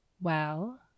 Well